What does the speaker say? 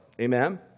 Amen